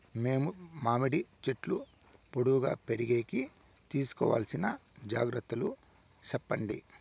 మేము మామిడి చెట్లు పొడువుగా పెరిగేకి తీసుకోవాల్సిన జాగ్రత్త లు చెప్పండి?